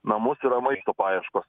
namus yra maisto paieškos